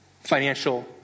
financial